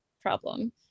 problem